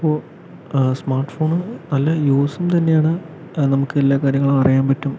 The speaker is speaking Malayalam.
ഇപ്പോൾ സ്മാർട്ട് ഫോൺ നല്ല യൂസും തന്നെയാണ് നമുക്കെല്ലാ കാര്യങ്ങളും അറിയാൻ പറ്റും